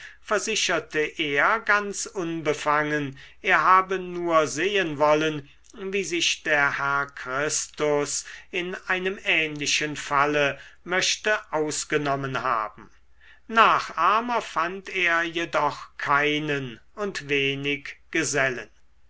versicherte er ganz unbefangen er habe nur sehen wollen wie sich der herr christus in einem ähnlichen falle möchte ausgenommen haben nachahmer fand er jedoch keinen und wenig gesellen